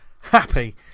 happy